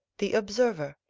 the observer.